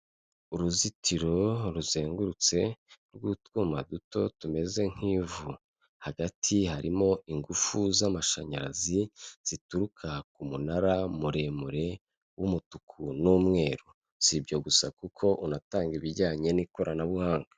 Uruzitiro ruzengurutse rw'utwuma duto tumeze nk'ivu hagati harimo ingufu z'amashanyarazi zituruka ku munara muremure wumutuku n'umweru si ibyo gusa kuko unatanga ibijyanye n'ikoranabuhanga.